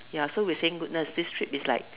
ya so we were saying goodness this trip is like